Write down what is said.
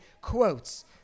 quotes